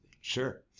Sure